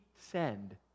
send